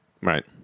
Right